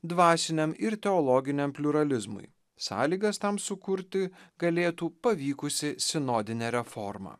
dvasiniam ir teologiniam pliuralizmui sąlygas tam sukurti galėtų pavykusi sinodinė reforma